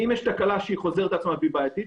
אם יש תקלה שחוזרת על עצמה והיא בעייתית,